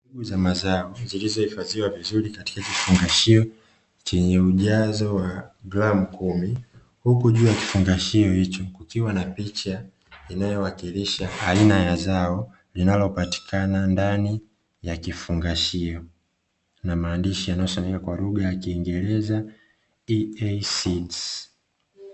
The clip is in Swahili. Mbegu za mazao zilizoifadhiwa vizuri katika kifungashio chenye ujazo wa gramu kumi, huku juu ya kifungashio hicho, kukiwa na picha inayowakilisha aina ya zao, inayopatikana ndani ya kifungashio na maandishi yanayosomeka kwa lugha ya kingereza ''EA SEEDS''.